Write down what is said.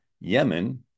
Yemen